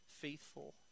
faithful